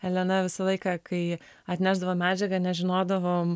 elena visą laiką kai atnešdavo medžiagą nežinodavom